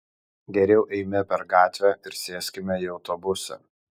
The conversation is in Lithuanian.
geriau eime per gatvę ir sėskime į autobusą